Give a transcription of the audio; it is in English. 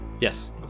yes